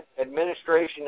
administration